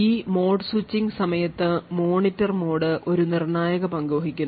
ഈ mode switching സമയത്ത് monitor mode ഒരു നിർണായക പങ്ക് വഹിക്കുന്നു